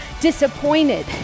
disappointed